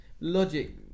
logic